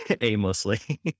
aimlessly